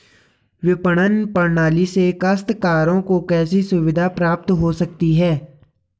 विपणन प्रणाली से काश्तकारों को कैसे सुविधा प्राप्त हो सकती है?